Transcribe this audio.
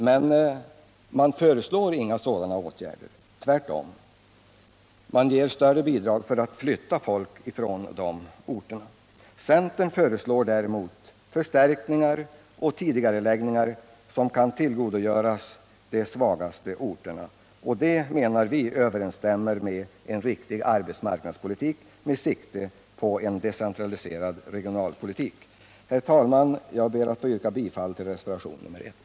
Men man föreslår inga sådana åtgärder. Tvärtom — man ger större bidrag för att flytta bort folk från dessa orter. Centern föreslår däremot förstärkningar och tidigareläggningar som kan tillgodogöras de svagaste orterna. Det menar vi överensstämmer med en riktig arbetsmarknadspolitik med sikte på en decentraliserad regionalpolitik. Herr talman! Jag ber att få yrka bifall till reservationen 1.